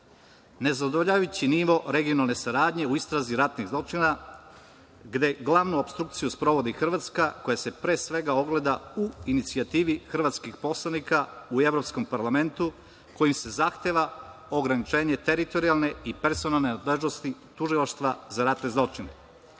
učinilaca. Nezadovoljavajući nivo regionalne saradnje u istrazi ratnih zločina gde glavnu opstrukciju sprovodi Hrvatska koja se pre svega ogleda u inicijativi hrvatskih poslanika, i to u evropskom parlamentu, kojim se zahteva ograničenje teritorijalne i personalne nadležnosti Tužilaštva za ratne zločine. Slab